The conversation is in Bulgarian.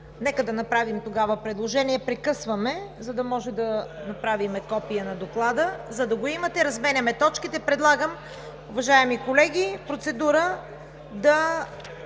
нека да направим тогава предложение: прекъсваме, за да можем да направим копие на Доклада, за да го имате. Разменяме точките. Предлагам, уважаеми колеги, процедура –